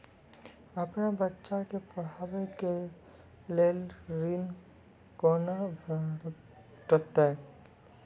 अपन बच्चा के पढाबै के लेल ऋण कुना भेंटते?